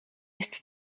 jest